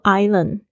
island